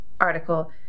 article